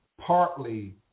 partly